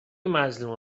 مظلوم